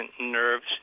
nerves